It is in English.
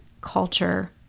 culture